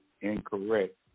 incorrect